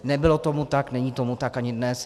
Nebylo tomu tak, není tomu tak ani dnes.